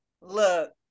Look